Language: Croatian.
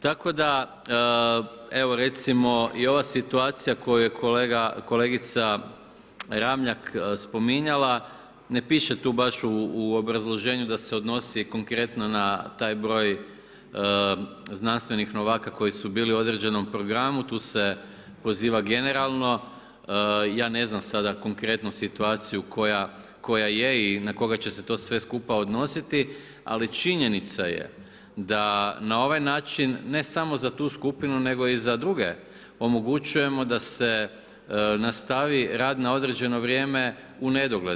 Tako da, evo recimo i ova situacija, koju je kolegica Ramljak spominjala, ne piše tu baš u obrazloženju da se odnosi na konkretno na taj broj znanstvenih novaka koji su bili u određenom programu, tu se poziva generalno, ja ne znam sada konkretno situaciju koja je i na koga će se sve to skupa odnositi, ali činjenica je da na ovaj način ne samo za tu skupinu nego i za druge omogućujemo da se nastavi rad na određeno vrijeme u nedogled.